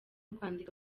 kwandika